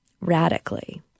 radically